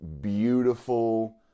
beautiful